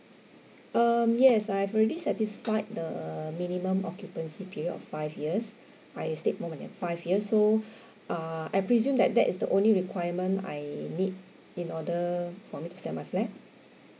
um yes I've already satisfied the minimum occupancy period of five years I've stayed more than uh five years so err I presume that that is the only requirement I need in order for me to sell my flat